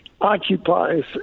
occupies